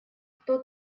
кто